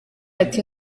ati